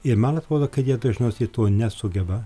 ir man atrodo kad jie dažniausiai to nesugeba